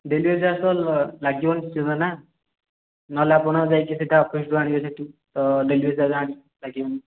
delivery charge ତ ଲାଗିବ ନିଶ୍ଚିତ ନା ନହେଲେ ଆପଣ ଯାଇକି ସିଧା ଅଫିସ୍ରୁ ଆଣିବେ ସେଠି ତ ଡେଲିଭରି ଚାର୍ଜେସ୍ ଲାଗିବନି